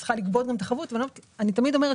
צריכה לקבוע את החבות ואני תמיד אומרת